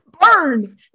Burn